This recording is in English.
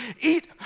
eat